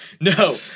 No